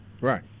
Right